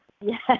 yes